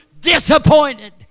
disappointed